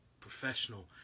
professional